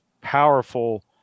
powerful